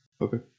Okay